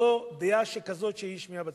זו דעה שכזאת שהיא השמיעה בציבור.